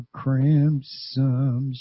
crimson